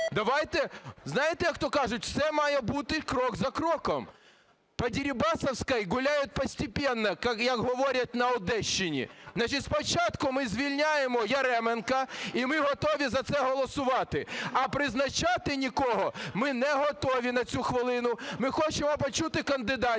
Давайте, знаєте, як то кажуть, все має бути крок за кроком. "По Дерибасовской гуляют постепенно", як говорять на Одещині. Значить, спочатку ми звільняємо Яременка. І ми готові за це голосувати. А призначати нікого ми не готові на цю хвилину. Ми хочемо почути кандидатів,